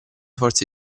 forze